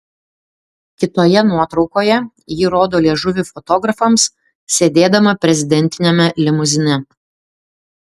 kitoje nuotraukoje ji rodo liežuvį fotografams sėdėdama prezidentiniame limuzine